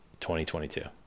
2022